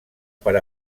per